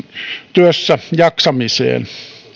työssäjaksamiseen